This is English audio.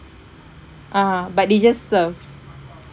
a'ah but they just served